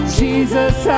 jesus